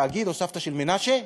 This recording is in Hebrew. תאגיד או סבתא של מנשה,